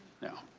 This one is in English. no.